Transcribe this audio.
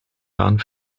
baan